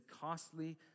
costly